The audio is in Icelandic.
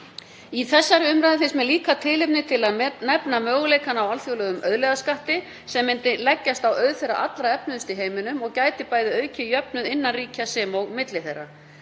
Í þessari umræðu finnst mér líka tilefni til að nefna möguleikana á alþjóðlegum auðlegðarskatti sem myndi leggjast á auð þeirra allra efnuðustu í heiminum og gæti bæði aukið jöfnuð innan ríkja sem og milli þeirra.